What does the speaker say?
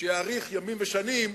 שיאריך ימים ושנים,